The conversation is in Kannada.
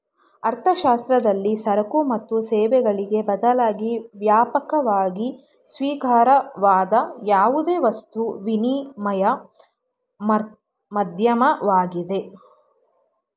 ಅರ್ಥಶಾಸ್ತ್ರದಲ್ಲಿ ಸರಕು ಮತ್ತು ಸೇವೆಗಳಿಗೆ ಬದಲಾಗಿ ವ್ಯಾಪಕವಾಗಿ ಸ್ವೀಕಾರಾರ್ಹವಾದ ಯಾವುದೇ ವಸ್ತು ವಿನಿಮಯ ಮಾಧ್ಯಮವಾಗಿದೆ